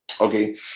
Okay